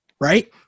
right